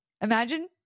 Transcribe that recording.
imagine